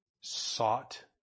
sought